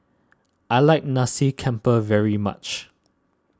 I like Nasi Campur very much